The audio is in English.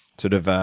sort of